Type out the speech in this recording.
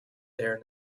there